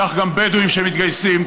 כך גם בדואים שמתגייסים,